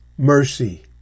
Mercy